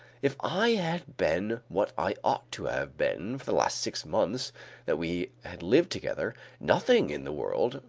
if i had been what i ought to have been for the last six months that we had lived together, nothing in the world,